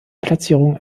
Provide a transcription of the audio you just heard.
platzierung